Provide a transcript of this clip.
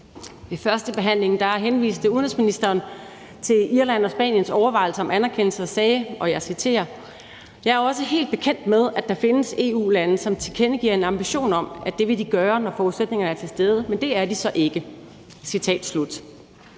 Ved førstebehandlingen henviste udenrigsministeren til Irlands og Spaniens overvejelser om anerkendelse og sagde, og jeg citerer: »... jeg er også helt bekendt med, at der findes EU-lande, som tilkendegiver en ambition om, at det vil de gøre, når forudsætningerne er til stede, men det er de så ikke.«